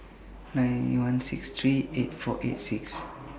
nine one six three eight four eight six